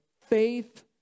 faith